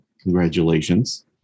Congratulations